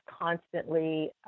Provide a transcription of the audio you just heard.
constantly